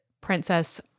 Princess